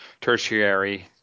tertiary